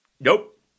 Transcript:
Nope